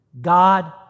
God